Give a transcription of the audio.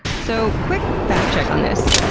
so quick fact check on this.